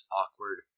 awkward